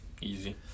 Easy